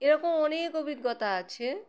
এরকম অনেক অভিজ্ঞতা আছে